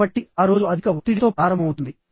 కాబట్టి ఆ రోజు అధిక ఒత్తిడితో ప్రారంభమవుతుంది